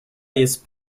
jest